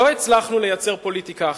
לא הצלחנו לייצר פוליטיקה אחרת.